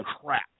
crap